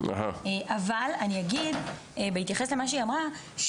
אבל בהתייחס למה שהיא אמרה,